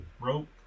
rope